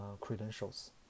credentials